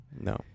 No